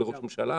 לראש הממשלה,